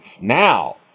now